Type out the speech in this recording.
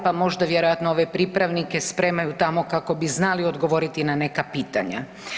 Pa možda vjerojatno ove pripravnike spremaju tamo kako bi znali odgovoriti na neka pitanja?